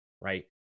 right